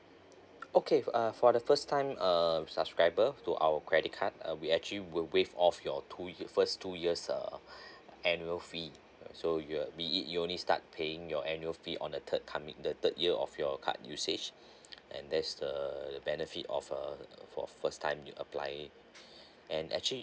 okay uh for the first time um subscriber to our credit card uh we actually will waive off your two your first two years uh annual fee so you'll be you only start paying your annual fee on the third coming the third year of your card usage and there's a a benefit of err for first time you apply and actually